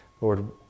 Lord